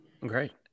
Great